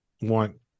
want